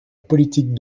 politique